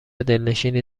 دلنشینی